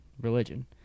religion